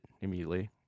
immediately